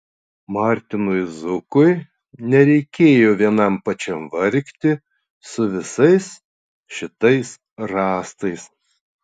martinui zukui nereikėjo vienam pačiam vargti su visais šitais rąstais